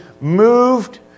moved